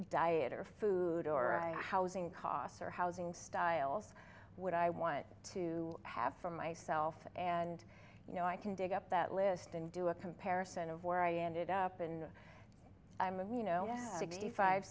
diet or food or i housing costs or housing styles what i want to have for myself and you know i can dig up that list and do a comparison of where i ended up and i'm you know